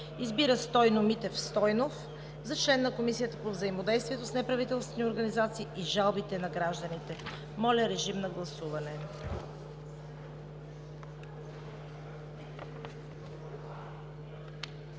Избира Стойно Митев Стойнов за член на Комисията по взаимодействието с неправителствените организации и жалбите на гражданите.“ Моля, режим на гласуване.